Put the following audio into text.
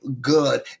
good